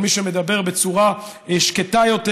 או מי שמדבר בצורה שקטה יותר,